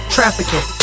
Trafficking